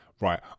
Right